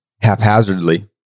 haphazardly